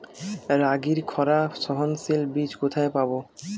রাগির খরা সহনশীল বীজ কোথায় পাবো?